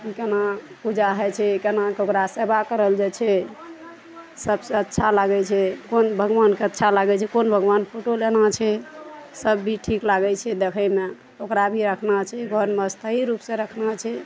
केना पूजा होइ छै केना कऽ ओकरा सेबा कयल जाइ छै सबसे अच्छा लागै छै कोन भगवानके अच्छा लागै छै कोन भगवान फोटो लेना छै तब भी ठीक लागै छै देखैमे ओकरा भी राखबा छै घरमे स्थायी रूप सऽ राखऽके छै